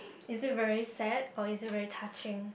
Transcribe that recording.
is it very sad or is it very touching